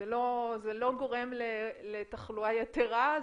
זה לא גורם לתחלואה יתרה.